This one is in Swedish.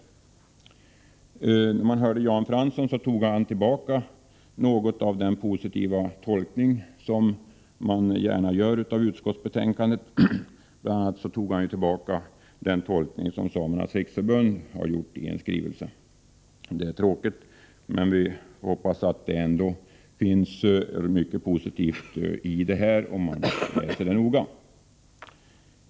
När jag lyssnade till Jan Fransson tyckte jag att han tog tillbaka den positiva tolkning av utskottsbetänkandet som det finns anledning att göra. Bl.a. tog han tillbaka den tolkning som Svenska Samernas riksförbund har gjort i en skrivelse. Det är tråkigt, men jag hoppas att det ändå skall bli ett positivt resultat av utskottets skrivningar.